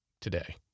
today